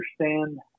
understand